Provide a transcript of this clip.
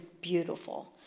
beautiful